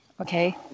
okay